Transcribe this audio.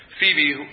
Phoebe